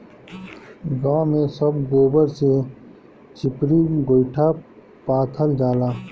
गांव में सब गोबर से चिपरी गोइठा पाथल जाला